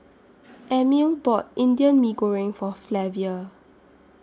Emil bought Indian Mee Goreng For Flavia